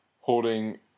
holding